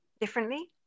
differently